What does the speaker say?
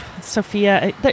Sophia